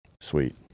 sweet